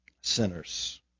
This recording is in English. sinners